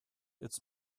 its